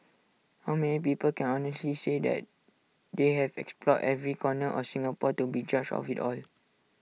how many people can honestly say that they have explored every corner of Singapore to be judge of IT all